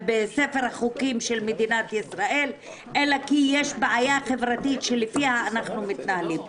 בספר החוקים של מדינת ישראל אלא כי יש בעיה חברתית שלפיה אנחנו מתנהלים.